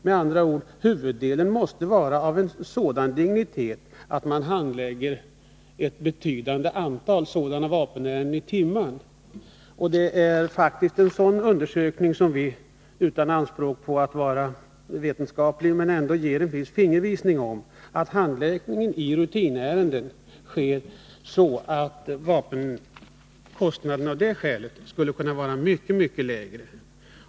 Med andra ord: Huvuddelen av ärendena måste vara sådan att man handlägger ett betydande antal ärenden i timmen. En undersökning av detta kan ge en viss fingervisning om att handläggningen av rutinärenden sker på sådant sätt att kostnaden av det skälet skulle kunna vara mycket lägre.